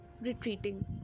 retreating